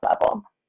level